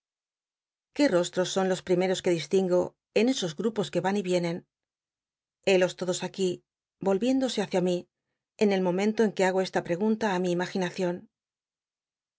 qué rostros son los primeros que distingo en esos grupos que van y vienen hélos todos aquí volviéndose hácia mí en el momento en que hago esta l'egunta á mi imagioacion